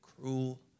cruel